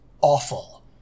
awful